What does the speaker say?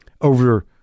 over